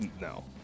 No